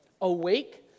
awake